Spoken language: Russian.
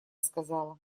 сказала